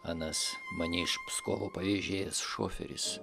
anas mane iš pskovo pavėžėjęs šoferis